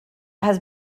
has